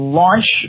launch